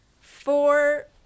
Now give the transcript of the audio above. four